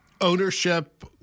ownership